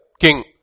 king